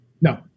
No